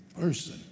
person